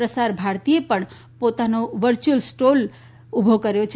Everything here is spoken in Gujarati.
પ્રસાર ભારતી એ પણ પોતાનો વરર્યુઅલ સ્ટોલ ઉભો કર્યો છે